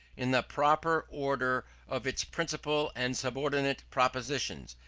in the proper order of its principal and subordinate propositions,